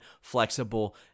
flexible